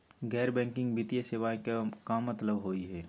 गैर बैंकिंग वित्तीय सेवाएं के का मतलब होई हे?